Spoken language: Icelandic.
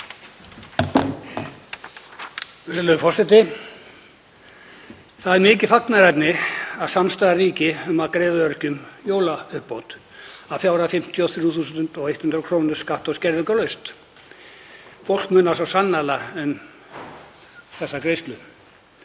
Það er mikið fagnaðarefni að samstaða ríki um að greiða öryrkjum jólauppbót að fjárhæð 53.500 kr., skatta- og skerðingarlaust. Fólk munar svo sannarlega um þessar greiðslu.